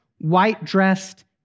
white-dressed